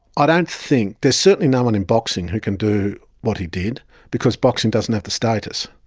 ah don't think, there's certainly no one in boxing who can do what he did because boxing doesn't have the status.